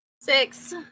Six